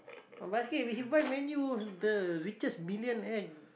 the basket he buy menu the richest millionaire